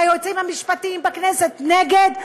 והיועצים המשפטיים בכנסת נגד,